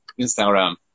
Instagram